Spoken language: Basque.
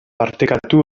partekatu